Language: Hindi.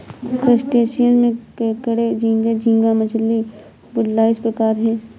क्रस्टेशियंस में केकड़े झींगे, झींगा मछली, वुडलाइस प्रकार है